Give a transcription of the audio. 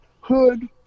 hood